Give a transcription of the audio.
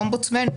אומבודסמן,